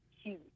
huge